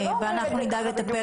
ואנחנו נדאג לטפל בזה,